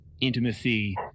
intimacy